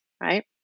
right